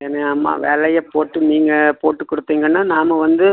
ஆமாம் விலைய போட்டு நீங்கள் போட்டு கொடுத்தீங்கன்னா நாம் வந்து